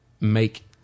make